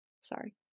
Sorry